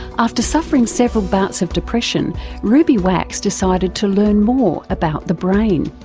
after suffering several bouts of depression ruby wax decided to learn more about the brain.